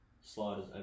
sliders